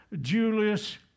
Julius